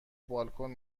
بالکن